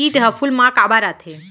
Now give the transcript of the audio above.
किट ह फूल मा काबर आथे?